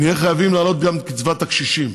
נהיה חייבים להעלות גם את קצבת הקשישים.